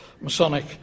Masonic